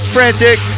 Frantic